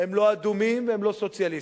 הם לא אדומים והם לא סוציאליסטים.